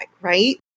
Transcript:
right